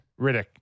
Riddick